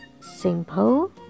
simple